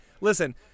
Listen